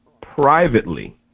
privately